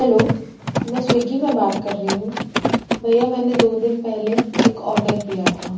hello मैं स्विगी में बात कर रही हूँ भैया मैंने दो दिन पहले एक ऑडर किया था